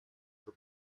for